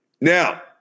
Now